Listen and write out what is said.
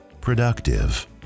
productive